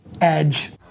edge